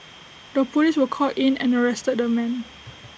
the Police were called in and arrested the man